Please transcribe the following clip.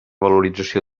valorització